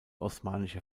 osmanische